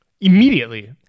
Immediately